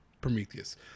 Prometheus